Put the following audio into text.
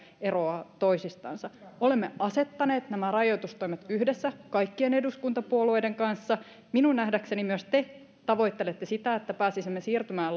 eroavat toisistansa olemme asettaneet nämä rajoitustoimet yhdessä kaikkien eduskuntapuolueiden kanssa minun nähdäkseni myös te tavoittelette sitä että pääsisimme siirtymään